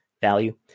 value